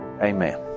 amen